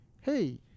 hey